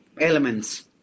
elements